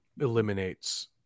eliminates